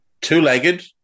two-legged